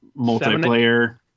multiplayer